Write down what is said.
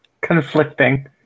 Conflicting